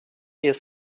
jest